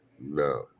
No